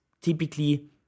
typically